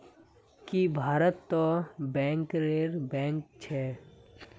की भारतत तो बैंकरेर बैंक छेक